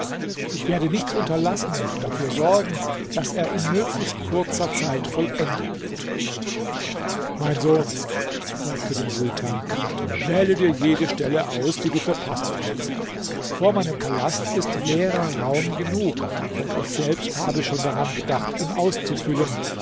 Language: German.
ich werde nichts unterlassen und dafür sorgen daß er in möglichst kurzer zeit vollendet wird mein sohn sagte der sultan wähle dir jede stelle aus die du für passend hältst vor meinem palast ist leerer raum genug und ich selbst habe schon daran gedacht ihn auszufüllen